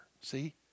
see